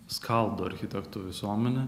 skaldo architektų visuomenę